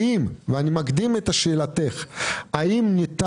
האם ואני מקדים את שאלתך ניתן,